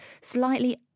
slightly